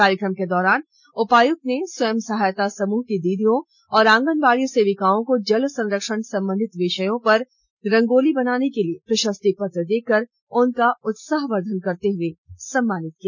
कार्यक्रम के दौरान उपायुक्त ने स्वयं सहायता समूह की दीदियों एवं आंगनबाड़ी सेविकाओं को जल संरक्षण संबंधित विषयों पर रंगोली बनाने के लिए प्रशस्ति पत्र देकर उनका उत्साह वर्धन करते हुए सम्मानित किया